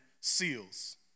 seals